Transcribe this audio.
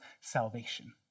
salvation